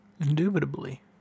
Indubitably